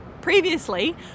previously